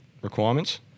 requirements